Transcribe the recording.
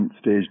stage